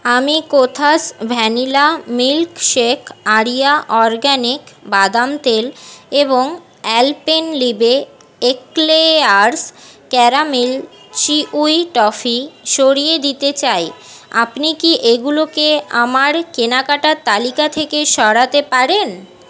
আমি কোথাস vanilla milkshake আরিয়া অরগ্যানিক বাদাম তেল এবং Alpenliebe eclairs caramel chewy toffee সরিয়ে দিতে চাই আপনি কি এগুলোকে আমার কেনাকাটার তালিকা থেকে সরাতে পারেন